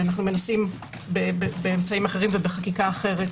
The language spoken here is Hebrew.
אנו מנסים באמצעים אחרים ובחקיקה אחרת,